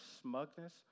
smugness